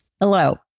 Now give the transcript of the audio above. Hello